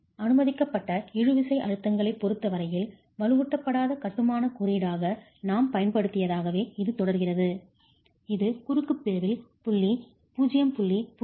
அனுமதிக்கப்பட்ட இழுவிசை அழுத்தங்களைப் பொறுத்த வரையில் வலுவூட்டப்படாத கட்டுமான குறியீடாக நாம் பயன்படுத்தியதாகவே இது தொடர்கிறது இது குறுக்கு பிரிவில் புள்ளி 0